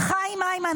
חיים הימן,